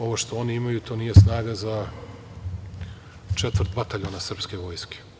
Ovo što oni imaju to nije snaga za četvrt bataljona srpske vojske.